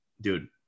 dude